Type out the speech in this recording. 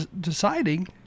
deciding